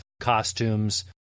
costumes